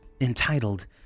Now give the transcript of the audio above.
entitled